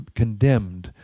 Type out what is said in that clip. condemned